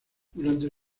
durante